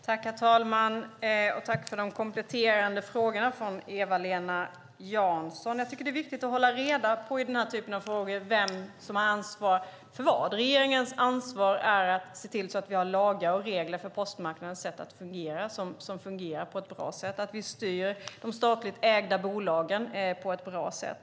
Herr talman! Jag tackar Eva-Lena Jansson för de kompletterande frågorna. Det är viktigt i den här typen av frågor att hålla reda på vem som har ansvar för vad. Regeringens ansvar är att se till att vi har lagar och regler för postmarknaden som fungerar på ett bra sätt och att vi styr de statligt ägda bolagen på ett bra sätt.